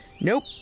Nope